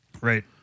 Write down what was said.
Right